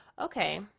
Okay